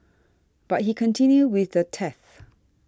but he continued with the theft